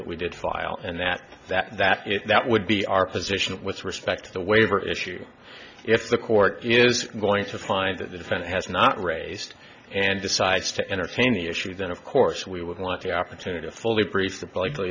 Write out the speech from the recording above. that we did file and that that that that would be our position with respect to the waiver issue if the court is going to find that the defendant has not raised and decides to entertain the issue then of course we would want the opportunity to fully briefed the